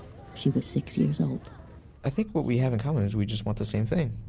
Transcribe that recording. she was six years old i think what we have in common is we just want the same thing,